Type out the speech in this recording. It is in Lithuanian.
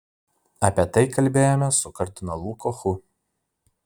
apie tai kalbėjome su kardinolu kochu